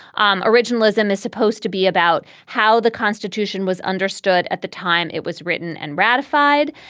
um originalism is supposed to be about how the constitution was understood at the time it was written and ratified.